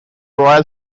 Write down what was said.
royal